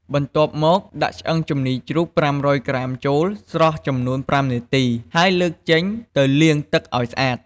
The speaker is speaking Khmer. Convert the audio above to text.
បន្ទាប់មកដាក់ឆ្អឹងជំនីជ្រូក៥០០ក្រាមចូលស្រុះចំនួន៥នាទីហើយលើកចេញទៅលាងទឹកឱ្យស្អាត។